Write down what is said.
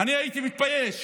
אני הייתי מתבייש